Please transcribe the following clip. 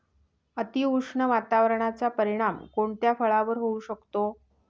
अतिउष्ण वातावरणाचा परिणाम कोणत्या फळावर होऊ शकतो?